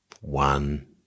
One